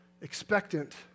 expectant